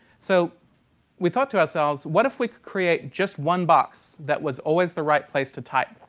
so we thought to ourselves what if we could create just one box that was always the right place to type,